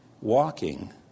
walking